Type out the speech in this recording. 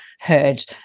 heard